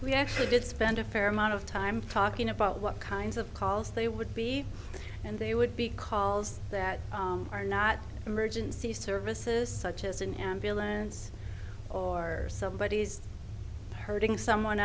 we actually did spend a fair amount of time talking about what kinds of calls they would be and they would be calls that are not emergency services such as an ambulance or somebody is hurting someone